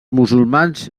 musulmans